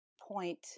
point